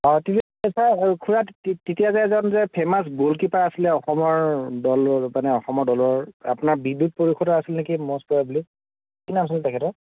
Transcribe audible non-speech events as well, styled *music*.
অ' ঠিক আছে খুড়া *unintelligible* খুড়া তেতিয়া যে এজন যে ফেমাছ গ'ল কিপাৰ আছিলে অসমৰ দলৰ মানে অসমৰ দলৰ আপোনাৰ বিদ্যুত পৰিষদৰ আছিল নেকি ম'ষ্ট প'বল্লি কি নাম আছিল তেখেতৰ